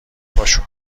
پاشو